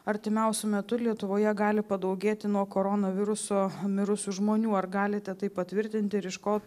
artimiausiu metu lietuvoje gali padaugėti nuo koronaviruso mirusių žmonių ar galite tai patvirtinti ir iš ko